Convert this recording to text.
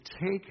take